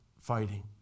fighting